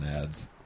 ads